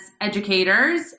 educators